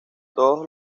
todos